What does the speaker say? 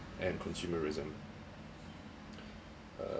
and consumerism uh